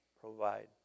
provide